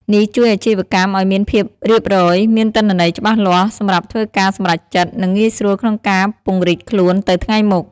នេះជួយអាជីវកម្មឲ្យមានភាពរៀបរយ មានទិន្នន័យច្បាស់លាស់សម្រាប់ធ្វើការសម្រេចចិត្ត និងងាយស្រួលក្នុងការពង្រីកខ្លួនទៅថ្ងៃមុខ។